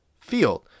field